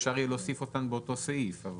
אפשר יהיה להוסיף אותן באותו סעיף.